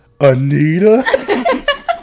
Anita